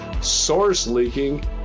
source-leaking